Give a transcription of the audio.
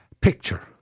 picture